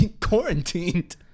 quarantined